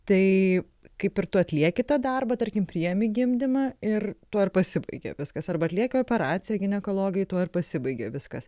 tai kaip ir tu atlieki tą darbą tarkim priimi gimdymą ir tuo ir pasibaigia viskas arba atlieka operaciją ginekologai tuo ir pasibaigia viskas